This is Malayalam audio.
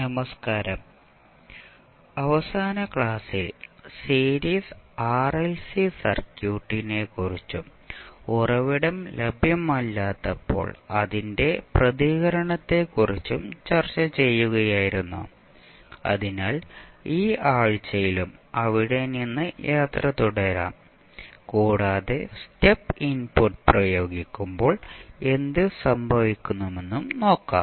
നമസ്കാരം അവസാന ക്ലാസ്സിൽ സീരീസ് ആർഎൽസി സർക്യൂട്ടിനെക്കുറിച്ചും ഉറവിടം ലഭ്യമല്ലാത്തപ്പോൾ അതിന്റെ പ്രതികരണത്തെക്കുറിച്ചും ചർച്ച ചെയ്യുകയായിരുന്നു അതിനാൽ ഈ ആഴ്ചയിലും അവിടെ നിന്ന് യാത്ര തുടരും കൂടാതെ സ്റ്റെപ്പ് ഇൻപുട്ട് പ്രയോഗിക്കുമ്പോൾ എന്തു സംഭവിക്കുമെന്നും നോക്കാം